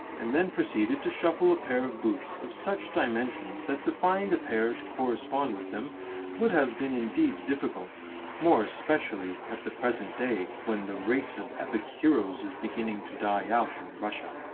and then proceeded to shuffle a pair of boots of such dimensions that to find a pair to correspond with them would have been indeed difficult more especially at the present day, when the race of epic heroes is beginning to die out in russia.